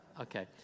Okay